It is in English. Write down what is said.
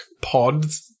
pods